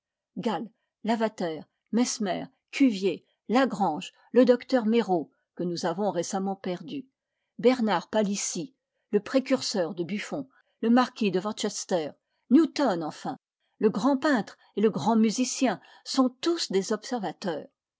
gall lavater mesmer cuvier lagrange le docteur méreaux que nous avons récenament perdu bernard palissy le précurseur de buffon le marquis de worcester nenon enfin le grand peintre et le grand musicien sont tous des observateurs